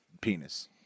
penis